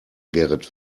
gerrit